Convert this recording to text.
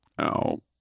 Ow